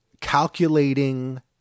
calculating